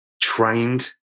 trained